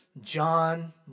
John